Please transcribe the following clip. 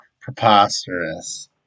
preposterous